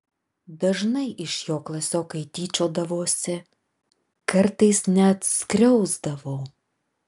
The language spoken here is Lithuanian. dažnai iš jo klasiokai tyčiodavosi kartais net skriausdavo